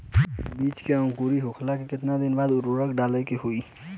बिज के अंकुरित होखेला के कितना दिन बाद उर्वरक डाले के होखि?